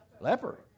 leper